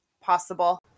possible